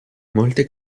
molte